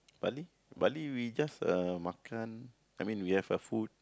Bali Bali we just makan I mean we have the food